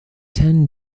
ten